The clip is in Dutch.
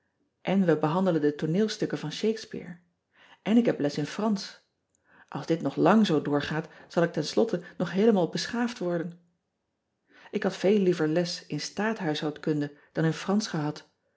n we behandelen de tooneelstukken van hakespeare n ik heb les in ransch ls dit nog lang zoo doorgaat zal ik ten slotte nog heelemaal beschaafd worden k had veel liever les in taathuishoudkunde dan in ransch gehad